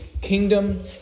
kingdom